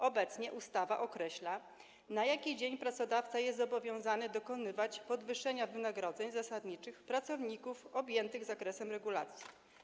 Obecnie ustawa określa, na jaki dzień pracodawca jest zobowiązany dokonywać podwyższenia wynagrodzeń zasadniczych pracowników objętych zakresem regulacji.